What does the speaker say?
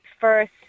first